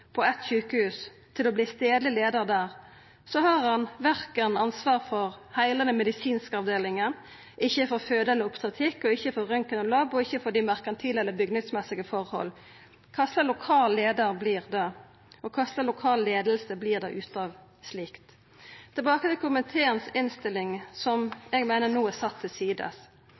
på eitt sjukehus som stadleg leiar der, har han verken ansvar for heile den medisinske avdelinga, for føde eller obstetrikk, for røntgen og lab og heller ikkje for dei merkantile eller bygningsmessige forholda. Kva slags lokal leiar vert det? Og kva slags lokal leiing vert det ut av slikt? Tilbake til komitéinnstillinga, som eg meiner no er sett til